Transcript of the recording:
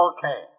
Okay